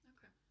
Okay